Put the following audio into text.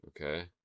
Okay